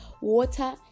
water